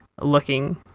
looking